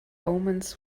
omens